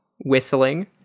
whistling